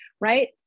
right